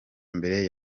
mbere